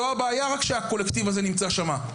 הבעיה היא לא רק בזה שהקולקטיב הזה נמצא שם,